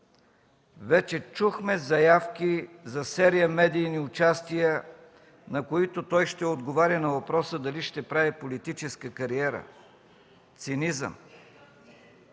Вече чухме заявки за серия медийни участия, на които той ще отговаря на въпроса: дали ще прави политическа кариера? Цинизъм!